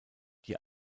die